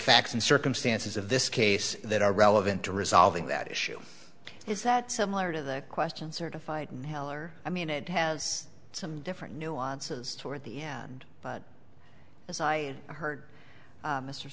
facts and circumstances of this case that are relevant to resolving that issue is that similar to the question certified in heller i mean it has some different nuances toward the end as i heard